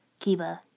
Kiba